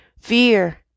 fear